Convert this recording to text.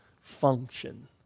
function